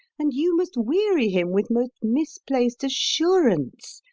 and you must weary him with most misplaced assurance.